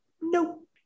Nope